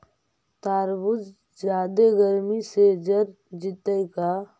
तारबुज जादे गर्मी से जर जितै का?